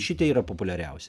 šitie yra populiariausi